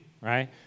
right